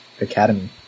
academy